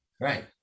right